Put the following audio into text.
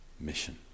mission